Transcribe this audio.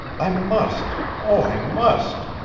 i must! oh, i must!